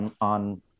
on